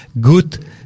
good